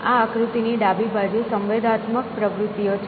આ આકૃતિ ની ડાબી બાજુ સંવેદનાત્મક પ્રવૃત્તિઓ છે